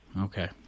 Okay